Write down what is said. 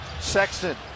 Sexton